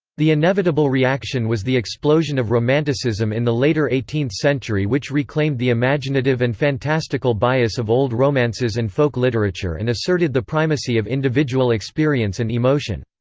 the inevitable reaction was the explosion of romanticism in the later eighteenth century which reclaimed the imaginative and fantastical bias of old romances and folk-literature and asserted the primacy of individual experience and emotion.